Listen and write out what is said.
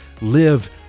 live